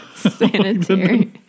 sanitary